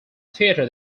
theatre